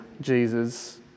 Jesus